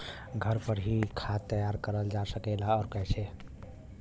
घर पर भी खाद तैयार करल जा सकेला और कैसे?